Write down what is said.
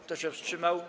Kto się wstrzymał?